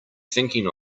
thinking